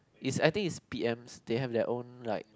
it's I think it's p_ms they have their own like